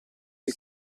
dei